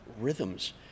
rhythms